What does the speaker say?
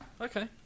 Okay